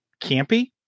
campy